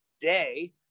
day